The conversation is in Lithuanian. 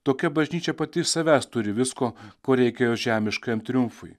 tokia bažnyčia pati savęs turi visko ko reikia jo žemiškajam triumfui